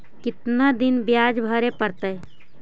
कितना दिन बियाज भरे परतैय?